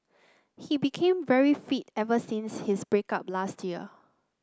he became very fit ever since his break up last year